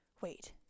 Wait